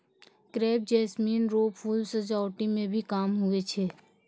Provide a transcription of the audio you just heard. crepe jasmine रो फूल सजावटी मे भी काम हुवै छै